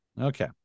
Okay